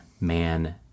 man